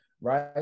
right